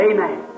Amen